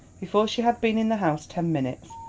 before she had been in the house ten minutes,